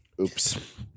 Oops